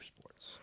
sports